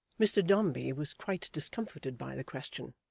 mr dombey was quite discomfited by the question.